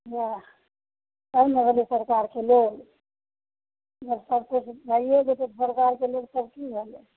इएह तब ने भेलय सरकारके लोग जब सबकिछु भइए जेतय तऽ सरकारके लोग सभ की भेलय